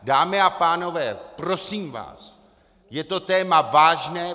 Dámy a pánové, prosím vás, je to téma vážné.